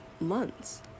months